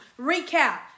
Recap